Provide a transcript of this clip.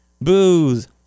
Booze